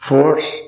Force